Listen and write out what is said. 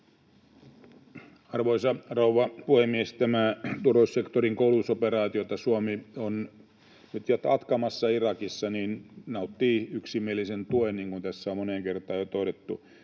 Arvoisa rouva puhemies! Tämä turvallisuussektorin koulutusoperaatio, jota Suomi on nyt jatkamassa Irakissa, nauttii yksimielistä tukea, niin kuin tässä on moneen kertaan jo todettu.